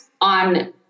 on